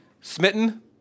smitten